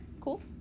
Cool